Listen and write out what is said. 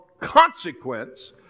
consequence